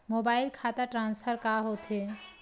Mobile खाता transfer का होथे?